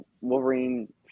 Wolverine